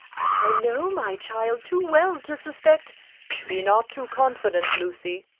but i know my child too well to suspect be not too confident, lucy.